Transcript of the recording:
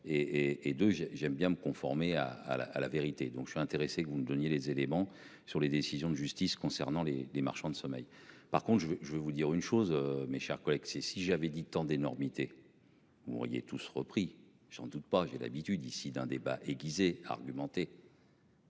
et de j'ai j'aime bien me conformer à à la à la vérité, donc je suis intéressé que vous me donniez les éléments sur les décisions de justice concernant les, les marchands de sommeil. Par contre je vais, je vais vous dire une chose. Mes chers collègues, c'est si j'avais dit tant d'énormités. Tous repris j'en doute pas, j'ai l'habitude ici d'un débat aiguisé argumenté.